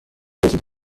رسید